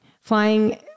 Flying